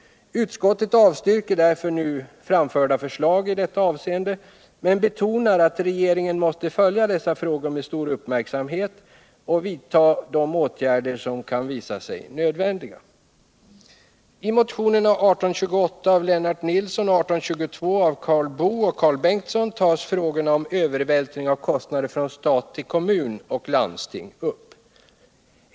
Utskottet avstyrker därför framförda förslag i detta avseende men betonar att regeringen följer dessa frågor med stor uppmärksamhet och vidtar de åtgärder som kan visa sig nödvändiga. I motionerna 1828 av Lennart Nilsson och 1822 av Karl Boo och Karl Bengtsson tas frågorna om övervältring av kostnader från stat till kommun och landsting upp.